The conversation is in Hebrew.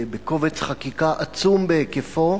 בקובץ חקיקה עצום בהיקפו,